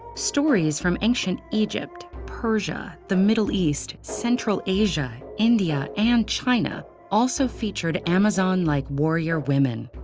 stories from ancient egypt, persia, the middle east, central asia, india, and china also featured amazon-like warrior women.